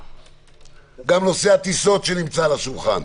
גם נושא הטיסות שנמצא על השולחן.